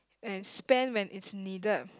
and spend when it's needed